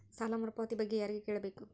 ಸಾಲ ಮರುಪಾವತಿ ಬಗ್ಗೆ ಯಾರಿಗೆ ಕೇಳಬೇಕು?